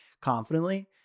confidently